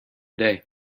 day